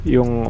Yung